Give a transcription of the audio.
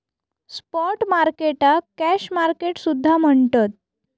spot मार्केटाक cash market सुद्धा म्हणतत